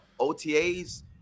OTAs